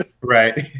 Right